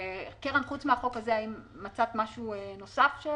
קרן, חוץ מהחוק הזה האם מצאת משהו נוסף?